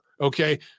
Okay